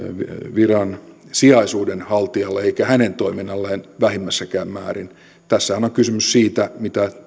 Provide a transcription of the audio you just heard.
viransijaisuuden haltijalle eikä hänen toiminnalleen vähimmässäkään määrin tässähän on kysymys siitä mitä